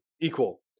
equal